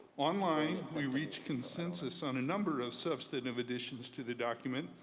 online, we reach consensus on a number of substantive additions to the document,